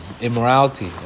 Immorality